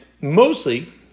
Mostly